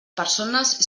persones